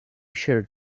shirt